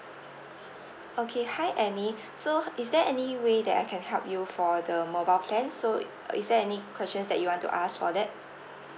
okay hi annie so is there any way that I can help you for the mobile plan so uh is there any questions that you want to ask for that